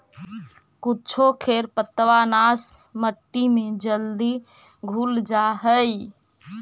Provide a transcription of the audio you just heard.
कुछो खेर पतवारनाश मट्टी में जल्दी घुल जा हई